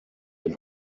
den